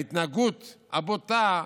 ההתנהגות הבוטה,